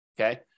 Okay